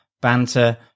banter